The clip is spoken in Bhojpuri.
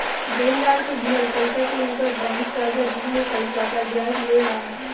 देनदार के दिहल पइसा के ऊपर बैंक कर्जा दिहल पइसा पर ब्याज ले ला